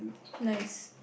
nice